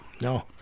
No